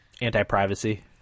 Anti-privacy